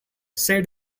said